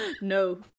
No